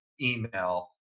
email